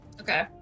Okay